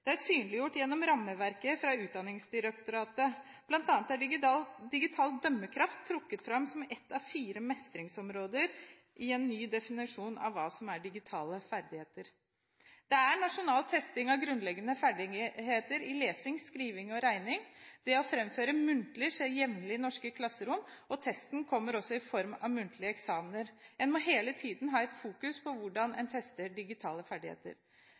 Det er synliggjort gjennom rammeverket fra Utdanningsdirektoratet. Blant annet er digital dømmekraft trukket fram som ett av fire mestringsområder i en ny definisjon av hva som er digitale ferdigheter. Det er nasjonal testing av grunnleggende ferdigheter i lesing, skriving og regning. Det å framføre muntlig skjer jevnlig i norske klasserom, og testen kommer også i form av muntlige eksamener. En må hele tiden ha et fokus på hvordan en tester digitale ferdigheter.